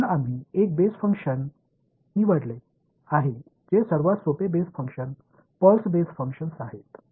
எனவே ஒரு அடிப்படை செயல்பாட்டை நாங்கள் தேர்ந்தெடுத்துள்ளோம் அவை எளிய அடிப்படை பல்ஸ் செயல்பாடுகள்